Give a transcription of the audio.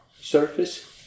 surface